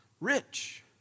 rich